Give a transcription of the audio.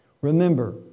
remember